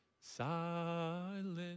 silent